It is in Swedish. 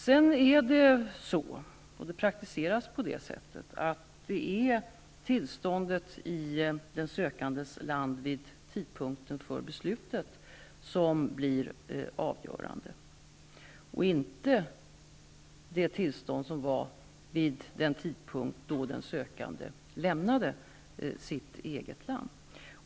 Sedan är det i praktiken så, att det är tillståndet i den sökandes land vid tidpunkten för beslutet som blir avgörande -- inte det tillstånd som gällde vid den tidpunkt då den sökande lämnade sitt land.